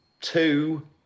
two